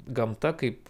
gamta kaip